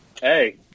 Hey